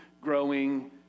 growing